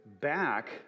back